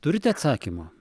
turite atsakymų